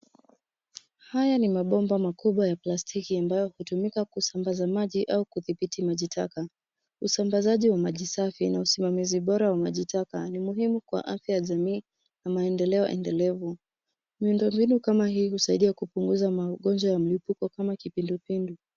Haya ni mabomba makubwa ya plastiki ambayo hutumika kusambaza maji au kudhibiti maji taka. Usambazaji wa maji safi na usimamizi bora wa maji taka ni muhimu kwa afya ya jamii na maendeleo endelevu. Miundo mbinu kama hii husaidia kupunguza magonjwa ya mlipuko kama kipindupindu.